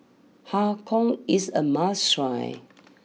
Har Kow is a must try